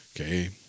Okay